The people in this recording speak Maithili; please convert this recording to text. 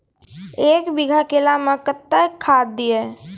एक बीघा केला मैं कत्तेक खाद दिये?